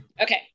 okay